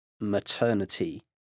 maternity